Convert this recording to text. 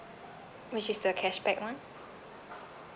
which is the cashback [one]